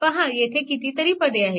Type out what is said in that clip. पहा येथे कितीतरी पदे आहेत